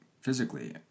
physically